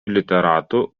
literatų